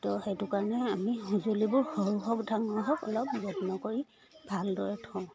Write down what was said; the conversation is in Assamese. তো সেইটো কাৰণে আমি সঁজুলিবোৰ সৰু সৰু ধান হওক অলপ যত্ন কৰি ভালদৰে থওঁ